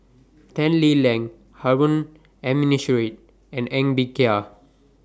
Tan Lee Leng Harun Aminurrashid and Ng Bee Kia